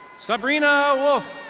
sabrina wolf.